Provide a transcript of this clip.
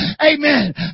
Amen